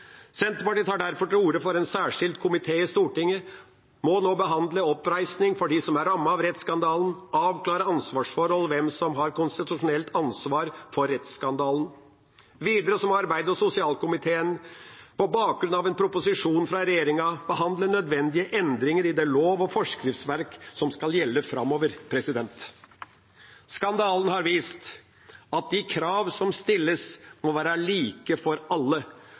Senterpartiet tar derfor til orde for at en særskilt komité i Stortinget nå må behandle oppreisning for dem som er rammet av rettsskandalen, avklare ansvarsforhold og hvem som har konstitusjonelt ansvar for rettsskandalen. Videre må arbeids- og sosialkomiteen på bakgrunn av en proposisjon fra regjeringa behandle nødvendige endringer i det lov- og forskriftsverket som skal gjelde framover. Skandalen har vist at de kravene som stilles, må være like for alle